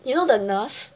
you know the nurse